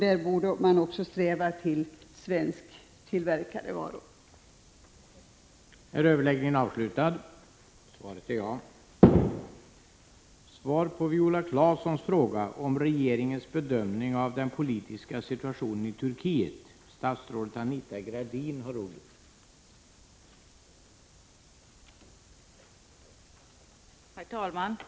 — 17 april 1986 Även av det skälet borde man — det vill jag slå fast — sträva efter